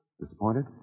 disappointed